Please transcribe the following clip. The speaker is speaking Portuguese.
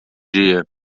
dia